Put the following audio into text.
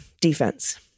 defense